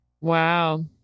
Wow